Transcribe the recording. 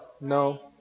No